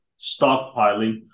stockpiling